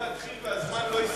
אתה יכול להתחיל והזמן לא ייספר.